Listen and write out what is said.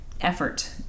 effort